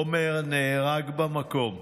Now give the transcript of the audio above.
עומר נהרג במקום.